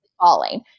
falling